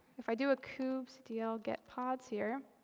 if i do a kubectl get pods here,